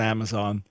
Amazon